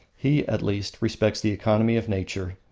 he, at least, respects the economy of nature,